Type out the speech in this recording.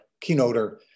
keynoter